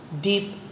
deep